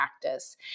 practice